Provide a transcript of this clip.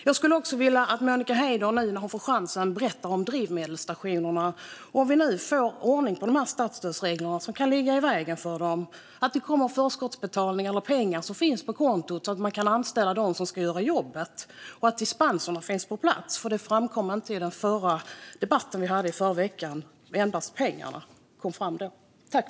Jag skulle också vilja att Monica Haider, nu när hon får chansen, berättar om drivmedelsstationerna, om vi nu kan få ordning på de statsstödsregler som kan ligga i vägen för dem så att det kommer förskottsbetalningar eller pengar in på kontot så att man kan anställa dem som ska göra jobbet och om dispenserna finns på plats. Det kom inte fram i den debatt som vi hade i förra veckan, utan det handlade endast om pengarna.